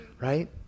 right